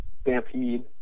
Stampede